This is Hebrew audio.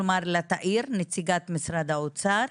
כלומר לתאיר, נציגת משרד האוצר: